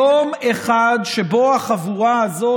יום אחד שבו החבורה הזו,